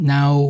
Now